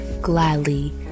gladly